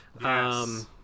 yes